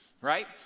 right